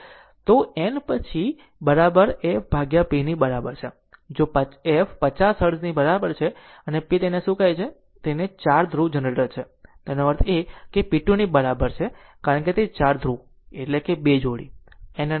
તો N પછી બરાબર f p બરાબર છે અને જો f 50હર્ટ્ઝની બરાબર છે અને p તેને શું કહે છે તે 4 ધ્રુવ જનરેટર છે એનો અર્થ એ કે p 2 ની બરાબર છે કારણ કે તે ચાર ધ્રુવ એટલે 2 જોડી